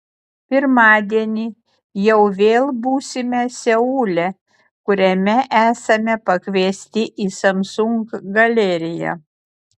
pirmadienį jau vėl būsime seule kuriame esame pakviesti į samsung galeriją